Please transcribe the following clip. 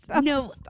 no